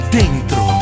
dentro